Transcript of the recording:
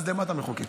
אז למה אתה מחוקק?